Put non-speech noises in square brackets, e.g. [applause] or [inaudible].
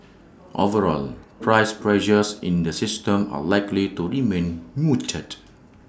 [noise] overall price pressures in the system are likely to remain muted